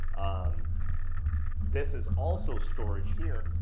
um this is also storage here,